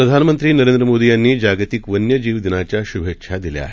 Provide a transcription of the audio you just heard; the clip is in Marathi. प्रधानमंत्री नरेंद्र मोदी यांनी जागतिक वन्यजीव दिनाच्या शूभेच्छा दिल्या आहेत